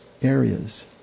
areas